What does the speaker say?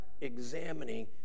examining